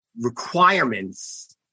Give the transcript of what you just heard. requirements